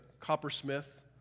coppersmith